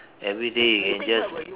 everyday you can just